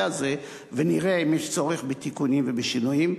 הזה ונראה אם יש צורך בתיקונים ובשינויים.